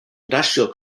industrial